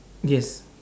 yes